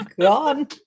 gone